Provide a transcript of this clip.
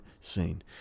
scene